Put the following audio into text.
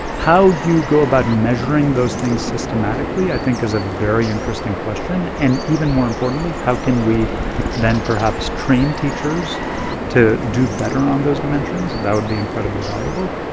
how you go about measuring those things systematically, i think, is a very interesting question. and even more importantly, how can we then, perhaps, train teachers to do better on those dimensions? that would be incredibly valuable.